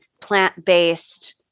plant-based